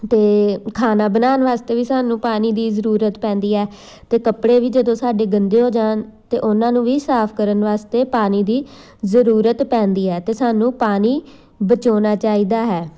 ਅਤੇ ਖਾਣਾ ਬਣਾਉਣ ਵਾਸਤੇ ਵੀ ਸਾਨੂੰ ਪਾਣੀ ਦੀ ਜ਼ਰੂਰਤ ਪੈਂਦੀ ਹੈ ਅਤੇ ਕੱਪੜੇ ਵੀ ਜਦੋਂ ਸਾਡੇ ਗੰਦੇ ਹੋ ਜਾਣ ਤਾਂ ਉਹਨਾਂ ਨੂੰ ਵੀ ਸਾਫ਼ ਕਰਨ ਵਾਸਤੇ ਪਾਣੀ ਦੀ ਜ਼ਰੂਰਤ ਪੈਂਦੀ ਹੈ ਅਤੇ ਸਾਨੂੰ ਪਾਣੀ ਬਚਾਉਣਾ ਚਾਹੀਦਾ ਹੈ